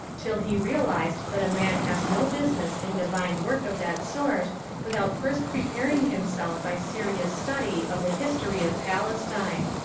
till he realised that a man has no business in divine work of that sort without first preparing himself by serious study of the history of palestine.